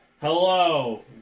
Hello